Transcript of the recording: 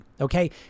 Okay